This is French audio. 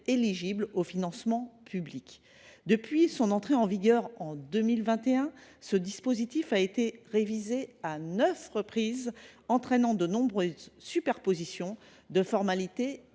éligibles aux financements publics. Depuis son entrée en vigueur, en 2021, ce dispositif a été révisé à neuf reprises, entraînant de nombreuses superpositions de formalités